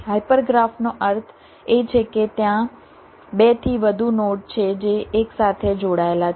hyper ગ્રાફનો અર્થ એ છે કે ત્યાં 2 થી વધુ નોડ છે જે એકસાથે જોડાયેલા છે